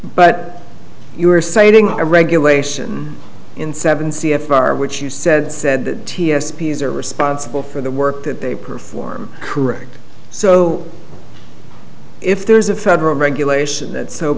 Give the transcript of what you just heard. but you are saying a regulation in seven c f r which you said said that t s p is are responsible for the work that they perform correct so if there's a federal regulation that so